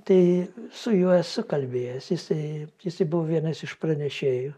tai su juo esu kalbėjęs jisai jisai buvo vienas iš pranešėjų